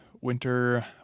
winter